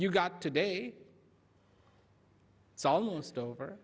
you've got today it's almost over